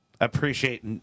appreciate